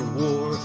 war